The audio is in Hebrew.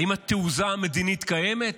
האם התעוזה המדינית קיימת?